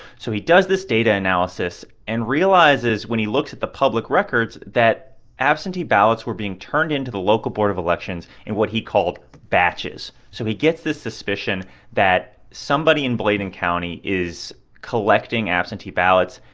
so he does this data analysis and realizes when he looks at the public records that absentee ballots were being turned into the local board of elections and what he called batches. so he gets this suspicion that somebody in bladen county is collecting absentee ballots.